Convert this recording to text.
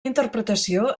interpretació